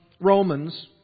Romans